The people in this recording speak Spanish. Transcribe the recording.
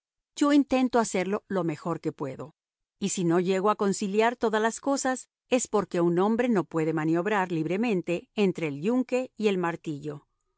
yo intento hacerlo lo mejor que puedo y si no llego a conciliar todas las cosas es porque un hombre no puede maniobrar libremente entre el yunque y el martillo